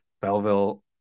Belleville